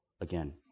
again